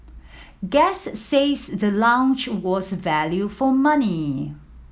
guest says the lounge was value for money